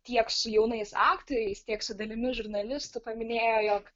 tiek su jaunais aktoriais tiek su dalimi žurnalistų paminėjo jog